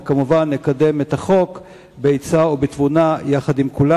וכמובן לקדם את החוק בעצה ובתבונה יחד עם כולם.